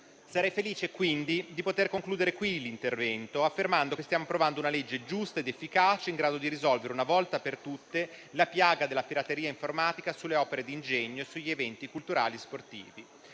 Sarei felice quindi di poter concludere qui l'intervento, affermando che stiamo approvando un provvedimento giusto ed efficace, in grado di risolvere una volta per tutte la piaga della pirateria informatica sulle opere di ingegno e sugli eventi culturali e sportivi.